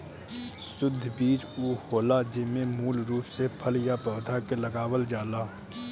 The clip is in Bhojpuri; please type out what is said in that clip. शुद्ध बीज उ होला जेमे मूल रूप से फल या पौधा के लगावल जाला